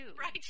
Right